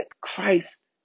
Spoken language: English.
Christ